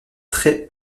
très